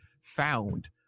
found